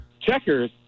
Checkers